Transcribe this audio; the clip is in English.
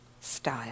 style